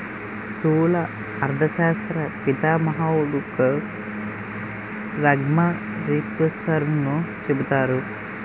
స్థూల అర్థశాస్త్ర పితామహుడుగా రగ్నార్ఫిషర్ను చెబుతారు